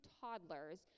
toddlers